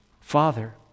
Father